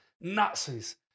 Nazis